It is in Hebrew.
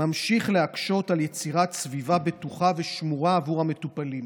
ממשיך להקשות על יצירת סביבה בטוחה ושמורה עבור המטופלים.